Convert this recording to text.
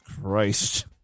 Christ